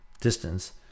distance